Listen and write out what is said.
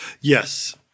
Yes